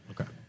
Okay